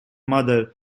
mother